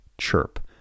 CHIRP